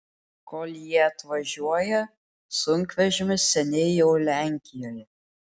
kol jie atvažiuoja sunkvežimis seniai jau lenkijoje